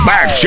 Back